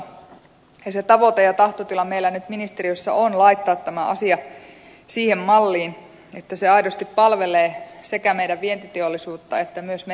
se tavoite ja tahtotila meillä nyt ministeriössä on laittaa tämä asia siihen malliin että se aidosti palvelee sekä meidän vientiteollisuutta että myös meidän merenkulkua